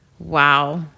Wow